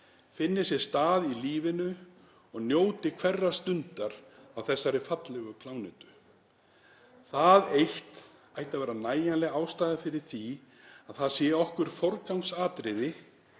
finni sér stað í lífinu og njóti hverrar stundar á þessari fallegu plánetu. Það eitt ætti að vera nægjanleg ástæða fyrir því að það sé okkur forgangsatriði